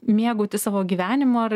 mėgautis savo gyvenimu ar